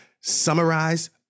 summarize